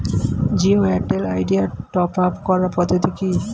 Jio Airtel Idea top up করার পদ্ধতি কি?